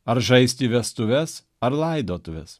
ar žaisti vestuves ar laidotuves